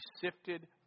sifted